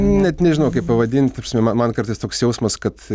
net nežinau kaip pavadint ta prasme man man kartais toks jausmas kad